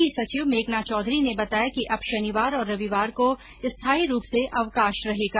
board की सचिव मेघना चौधरी ने बताया कि अब शनिवार और रविवार को स्थाई रूप से अवकाश रहेगा